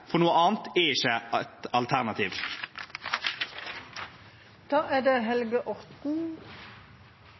for noe annet er ikke et alternativ.